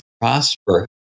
prosper